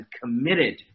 committed